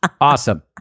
Awesome